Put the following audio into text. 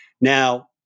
Now